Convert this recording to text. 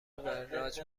وراج